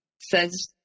says